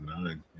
nine